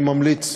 אני ממליץ